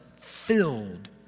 filled